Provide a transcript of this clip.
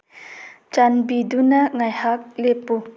ꯆꯥꯟꯕꯤꯗꯨꯅ ꯉꯥꯏꯍꯥꯛ ꯂꯦꯞꯄꯨ